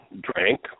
drank